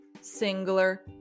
singular